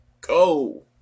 go